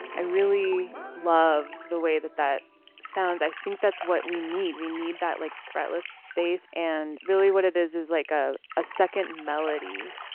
i really love the way that that sounds, i think that's what we need. we need that like fretless bass. and really what it is is like a a second melody.